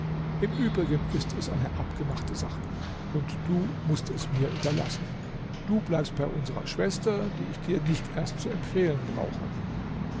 im übrigen ist es eine abgemachte sache und du mußt es mir überlassen du bleibst bei unserer schwester die ich dir nicht erst zu empfehlen brauche